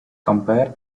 compare